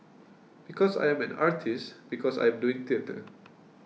because I am an artist because I am doing theatre